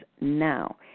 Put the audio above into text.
now